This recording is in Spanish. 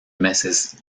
meses